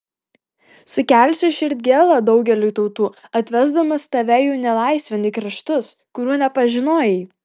sukelsiu širdgėlą daugeliui tautų atvesdamas tave jų nelaisvėn į kraštus kurių nepažinojai